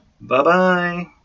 Bye-bye